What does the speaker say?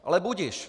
Ale budiž.